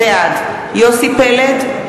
בעד יוסי פלד,